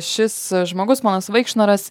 šis žmogus ponas vaikšnoras